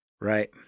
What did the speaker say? Right